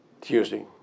Tuesday